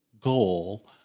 goal